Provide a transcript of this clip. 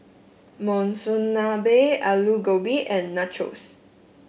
Monsunabe Alu Gobi and Nachos